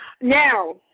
now